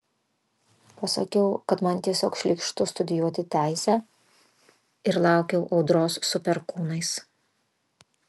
pasakiau kad man tiesiog šlykštu studijuoti teisę ir laukiau audros su perkūnais